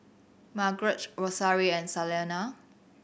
Margarett Rosario and Salena